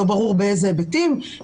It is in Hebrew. לא ברור באילו היבטים,